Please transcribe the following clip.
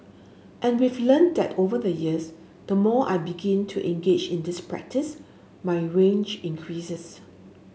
and we've learnt that over the years the more I begin to engage in this practice my range increases